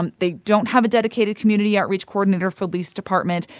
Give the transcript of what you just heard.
um they don't have a dedicated community outreach coordinator for police department.